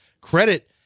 credit